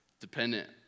dependent